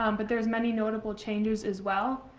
um but there's many notable changes as well.